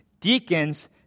deacons